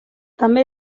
també